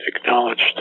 acknowledged